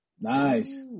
Nice